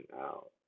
out